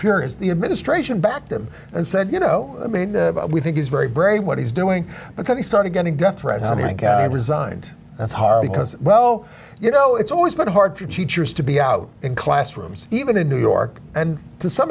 furious the administration backed him and said you know i mean we think it's very brave what he's doing because he started getting death threats i mean resigned that's because well you know it's always been hard for teachers to be out in classrooms even in new york and to some